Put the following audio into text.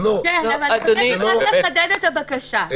רק לחדד את הבקשה.